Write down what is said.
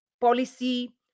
policy